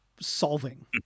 solving